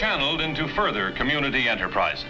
channeled into further community enterprise